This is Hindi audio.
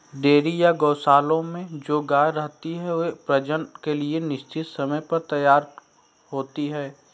डेयरी या गोशालाओं में जो गायें रहती हैं, वे प्रजनन के लिए निश्चित समय पर तैयार होती हैं